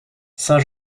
saint